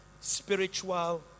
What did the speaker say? spiritual